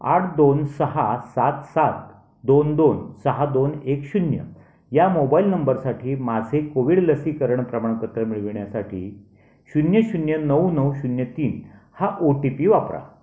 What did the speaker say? आठ दोन सहा सात सात दोन दोन सहा दोन एक शून्य या मोबाईल नंबरसाठी माझे कोविड लसीकरण प्रमाणपत्र मिळविण्यासाठी शून्य शून्य नऊ नऊ शून्य तीन हा ओ टी पी वापरा